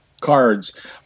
cards